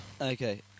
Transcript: Okay